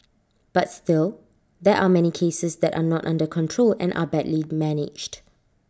but still there are many cases that are not under control and are badly managed